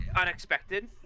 unexpected